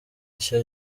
nshya